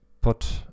put